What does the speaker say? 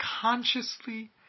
consciously